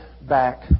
back